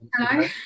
hello